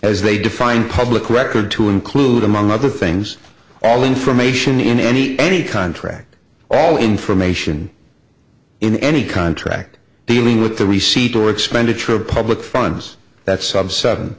as they define public record to include among other things all information in any any contract all information in any contract dealing with the receipt or expenditure of public funds that s